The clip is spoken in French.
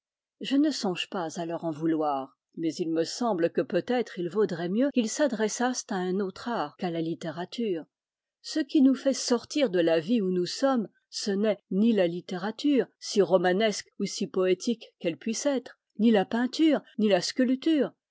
je ne songe pas à leur en vouloir mais il me semble que peut-être il vaudrait mieux qu'ils s'adressassent à un autre art qu'à la littérature ce qui nous fait sortir de la vie où nous sommes ce n'est ni la littérature si romanesque ou si poétique qu'elle puisse être ni la peinture ni la sculpture